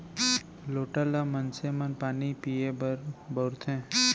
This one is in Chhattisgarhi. लोटा ल मनसे मन पानी पीए बर बउरथे